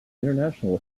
international